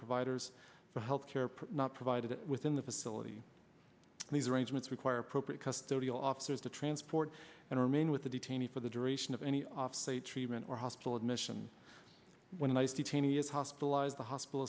providers for health care not provided it within the facility and these arrangements require appropriate custody officers to transport and remain with the detainee for the duration of any off say treatment or hospital admission when a nice detainee is hospitalized the hospital